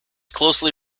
closely